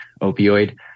opioid